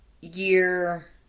year